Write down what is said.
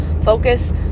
focus